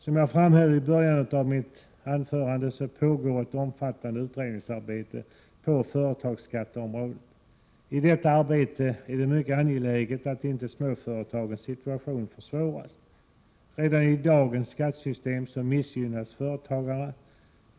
Som jag framhöll i början av mitt anförande pågår ett omfattande utredningsarbete på företagsbeskattningsområdet. I detta arbete är det mycket angeläget att småföretagens situtation inte försvåras. Redan i dagens skattesystem missgynnas småföretagare.